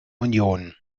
union